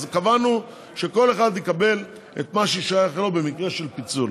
אז קבענו שכל אחד יקבל את מה ששייך לו במקרה של פיצול.